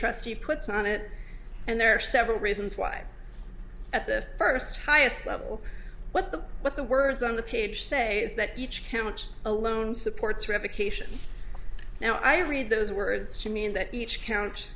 trustee puts on it and there are several reasons why at the first highest level what the what the words on the page say is that each count alone supports revocation now i read those words to mean that each count